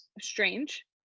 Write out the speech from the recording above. strange